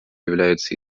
являются